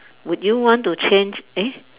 would you want to change eh